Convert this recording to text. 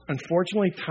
Unfortunately